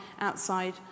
outside